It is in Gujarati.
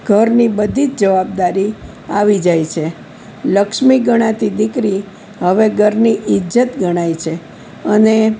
ઘરની બધી જ જવાબદારી આવી જાય છે લક્ષ્મી ગણાતી દીકરી હવે ઘરની ઇજ્જત ગણાય છે અને